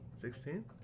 Sixteen